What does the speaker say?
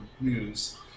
news